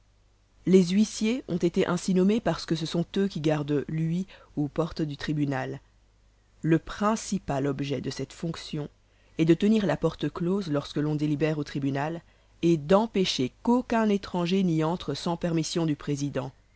les huissiers ont été ainsi nommés parce que ce sont eux qui gardent l'huis ou porte du tribunal le principal objet de cette fonction est de tenir la porte close lorsque l'on délibère au tribunal et d'empêcher qu'aucun étranger n'y entre sans permission du président